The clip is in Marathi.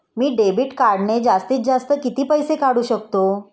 मी डेबिट कार्डने जास्तीत जास्त किती पैसे काढू शकतो?